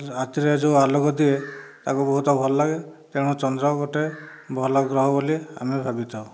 ରାତିରେ ଯେଉଁ ଆଲୋକ ଦିଏ ତାକୁ ବହୁତ ଭଲ ଲାଗେ ତେଣୁ ଚନ୍ଦ୍ର ଗୋଟିଏ ଭଲ ଗ୍ରହ ବୋଲି ଆମେ ଭାବିଥାଉ